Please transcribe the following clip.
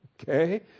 okay